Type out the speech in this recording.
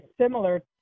similar